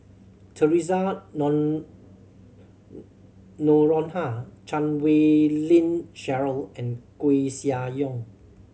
Theresa Noronha Chan Wei Ling Cheryl and Koeh Sia Yong